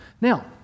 Now